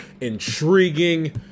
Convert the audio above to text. intriguing